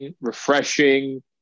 refreshing